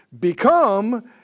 become